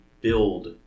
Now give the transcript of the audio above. build